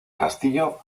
castillo